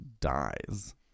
dies